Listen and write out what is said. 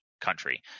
country